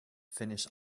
finish